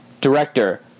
Director